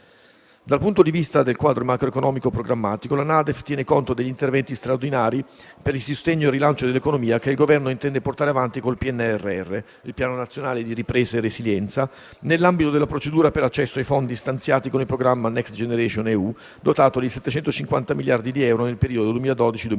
Dal punto di vista del quadro macroeconomico programmatico, la NADEF tiene conto degli interventi straordinari per il sostegno e il rilancio dell'economia che il Governo intende portare avanti col PNRR (Piano nazionale di ripresa e resilienza), nell'ambito della procedura per l'accesso ai fondi stanziati con il programma Next generation EU, dotato di 750 miliardi di euro nel periodo 2021-2027.